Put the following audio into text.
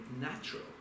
natural